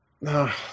No